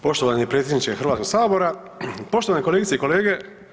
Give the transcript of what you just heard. Poštovani predsjedniče Hrvatskoga sabora, poštovane kolegice i kolege.